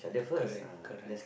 correct correct